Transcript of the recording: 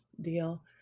deal